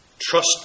trust